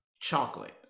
chocolate